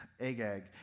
Agag